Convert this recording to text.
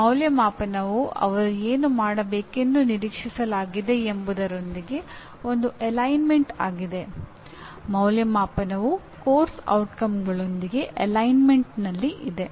ಅಂದಾಜುವಿಕೆಯು ಅವರು ಏನು ಮಾಡಬೇಕೆಂದು ನಿರೀಕ್ಷಿಸಲಾಗಿದೆ ಎಂಬುದರೊಂದಿಗೆ ಒಂದು ಅಲೈನ್ಮೆಂಟ್ ಇದೆ